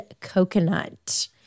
coconut